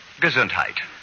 Gesundheit